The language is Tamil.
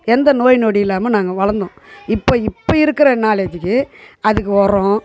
எந்த நோய் நொடி இல்லாமல் நாங்கள் வளர்ந்தோம் இப்போ இப்போ இருக்கிற நாலேட்ஜுக்கு அதுக்கு உரம்